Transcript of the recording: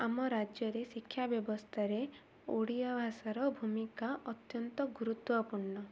ଆମ ରାଜ୍ୟରେ ଶିକ୍ଷା ବ୍ୟବସ୍ଥାରେ ଓଡ଼ିଆ ଭାଷାର ଭୂମିକା ଅତ୍ୟନ୍ତ ଗୁରୁତ୍ୱପୂର୍ଣ୍ଣ